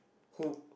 who